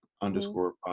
underscore